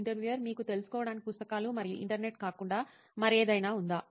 interviewer మీకు తెలుసుకోవడానికి పుస్తకాలు మరియు ఇంటర్నెట్ కాకుండా మరేదైనా ఉందా